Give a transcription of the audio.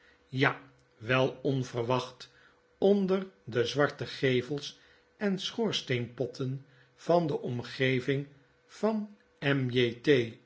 ja wel onverwacht onder de zwarte gevels en schoorsteenpotten van de omgeving van